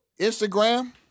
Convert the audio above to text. Instagram